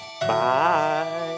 Bye